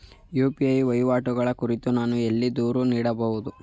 UPI ವಹಿವಾಟುಗಳ ಕುರಿತು ನಾನು ಎಲ್ಲಿ ದೂರು ನೀಡಬಹುದು?